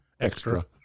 extra